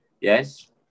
Yes